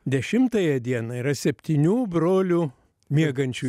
dešimtąją dieną yra septynių brolių miegančių